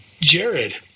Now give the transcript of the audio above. Jared